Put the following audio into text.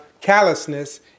callousness